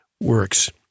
works